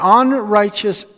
unrighteous